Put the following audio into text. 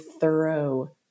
thorough